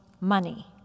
money